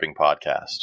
podcast